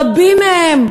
רבים מהם,